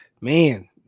Man